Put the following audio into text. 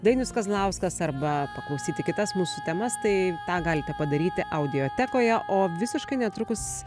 dainius kazlauskas arba paklausyti kitas mūsų temas tai tą galite padaryti audiotekoje o visiškai netrukus